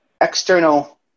external